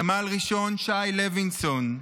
סמל ראשון שי לוינסון,